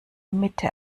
mitte